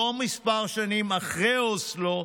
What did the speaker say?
אותו מספר שנים, אחרי אוסלו,